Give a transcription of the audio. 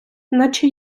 наче